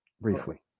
briefly